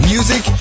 Music